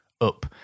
up